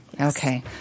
Okay